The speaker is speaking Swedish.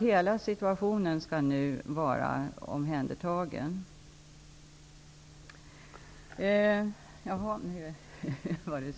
Hela situationen skall alltså nu vara åtgärdad.